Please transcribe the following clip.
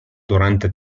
durante